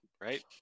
right